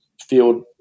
field